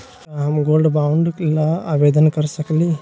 का हम gold bond ल आवेदन कर सकली?